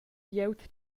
glieud